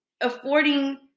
affording